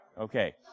Okay